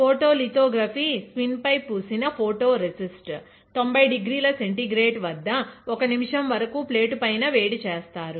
photolithography spin పై పూసిన photo resist 90 డిగ్రీల సెంటిగ్రేడ్ వద్ద 1 నిమిషం వరకూ ప్లేటు పైన వేడి చేస్తారు